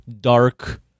dark